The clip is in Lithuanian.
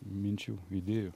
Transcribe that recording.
minčių idėjų